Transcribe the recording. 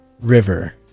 river